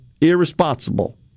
Irresponsible